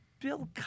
Bill